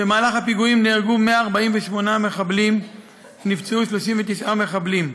במהלך הפיגועים נהרגו 148מחבלים ונפצעו 39 מחבלים.